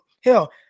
hell